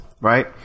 right